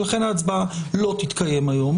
לכן ההצבעה לא תתקיים היום.